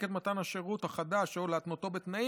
את מתן השירות החדש או להתנותו בתנאים,